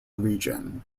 region